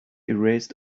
erased